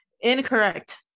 incorrect